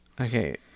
Okay